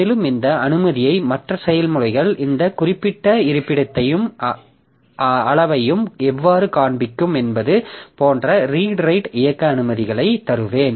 மேலும் இந்த அனுமதியை மற்ற செயல்முறைகள் இந்த குறிப்பிட்ட இருப்பிடத்தையும் அளவையும் எவ்வாறு காண்பிக்கும் என்பது போன்ற ரீட் ரைட் இயக்க அனுமதிகளை தருவேன்